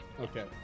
Okay